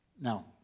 Now